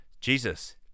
Jesus